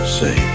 say